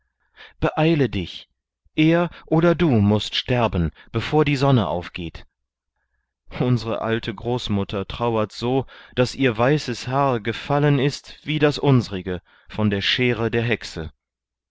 beeile dich er oder du mußt sterben bevor die sonne aufgeht unsere alte großmutter trauert so daß ihr weißes haar gefallen ist wie das unsrige von der schere der hexe